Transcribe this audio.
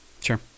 Sure